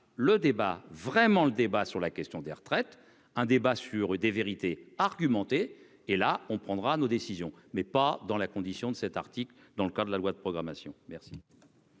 le débat vraiment le débat sur la question des retraites, un débat sur des vérités argumenter et là on prendra nos décisions, mais pas dans la condition de cet article dans le cas de la loi de programmation merci.